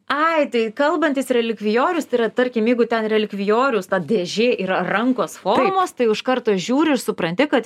ai tai kalbantis relikvijorius tai yra tarkim jeigu ten relikvijorius ta dėžė yra rankos formos tai jau iš karto žiūri ir supranti kad